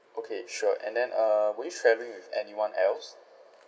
okay sure and then uh were you travelling with anyone else